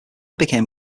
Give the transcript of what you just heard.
became